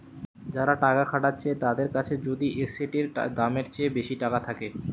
যারা টাকা খাটাচ্ছে তাদের কাছে যদি এসেটের দামের চেয়ে বেশি টাকা থাকে